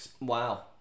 Wow